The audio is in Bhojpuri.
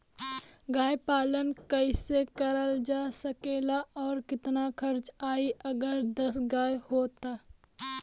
गाय पालन कइसे करल जा सकेला और कितना खर्च आई अगर दस गाय हो त?